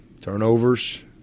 turnovers